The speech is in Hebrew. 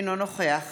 אינו נוכח